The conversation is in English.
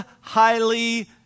highly